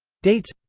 dates